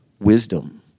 wisdom